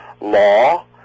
law